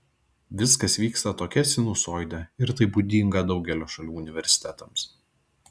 viskas vyksta tokia sinusoide ir tai būdinga daugelio šalių universitetams